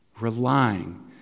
relying